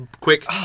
quick